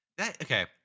Okay